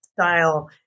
style